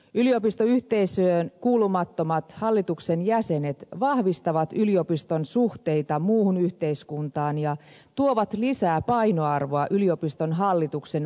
yliopistoyhteisöön kuulumattomat hallituksen jäsenet vahvistavat yliopiston suhteita muuhun yhteiskuntaan ja tuovat lisää painoarvoa yliopiston hallituksen vaikutus mahdollisuuksiin